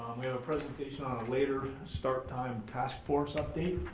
we have a presentation on a later start time task force update,